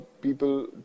people